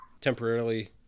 Temporarily